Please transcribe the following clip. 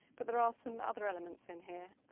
but there are some other elements in here.